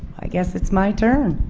i guess it's my turn.